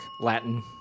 Latin